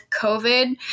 COVID